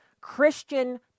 Christian